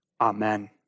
Amen